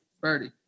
Birdie